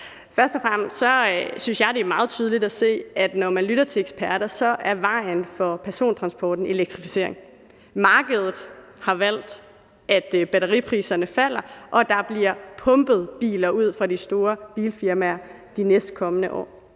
Først og fremmest synes jeg, det er meget tydeligt at høre, når man lytter til eksperter, at vejen frem for persontransporten er elektrificering. Markedet har valgt at lade batteripriserne falde, og der bliver pumpet biler ud fra de store firmaer de kommende år.